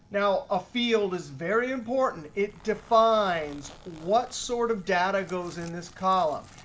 now, a field is very important. it defines what sort of data goes in this column.